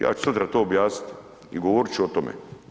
Ja ću sutra to objasniti i govorit ću o tome.